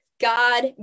God